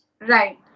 Right